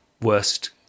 worst